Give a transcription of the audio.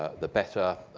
the better.